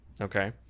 Okay